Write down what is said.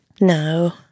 No